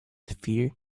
fear